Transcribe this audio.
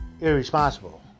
irresponsible